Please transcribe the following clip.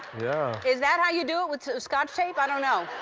yeah. is that how you do it, with scotch tape? i don't know.